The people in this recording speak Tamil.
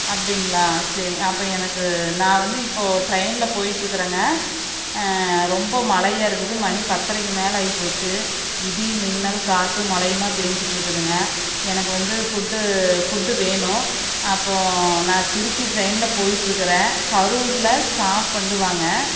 அப்படிங்களா சரி அப்போ எனக்கு நான் வந்து இப்போது ட்ரெயின்ல போய்ட்டுருக்குறேங்க ரொம்ப மழையாக இருக்குது மணி பத்தரைக்கு மேலே ஆகிப்போச்சு இடி மின்னல் காற்று மழையுமாக பெஞ்சிட்டு இருக்குதுங்க எனக்கு வந்து ஃபுட்டு ஃபுட்டு வேணும் அப்போது நான் திருச்சி ட்ரெயின்ல போய்ட்டு இருக்கிறேன் கரூர்ல ஸ்டாப் பண்ணிடுவாங்க